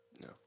No